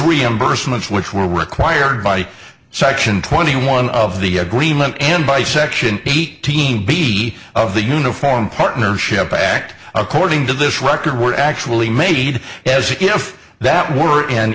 reimbursements which were required by section twenty one of the agreement and by section beat team b of the uniform partnership act according to this record were actually made as if that were an